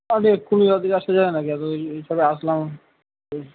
আরে এক্ষুণি অত্দূর আসা যায় না কি এত দে এই সবে আসলাম এই